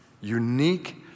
Unique